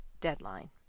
deadline